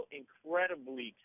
incredibly